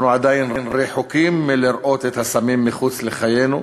אנחנו עדיין רחוקים מלראות את הסמים מחוץ לחיינו,